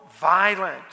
violent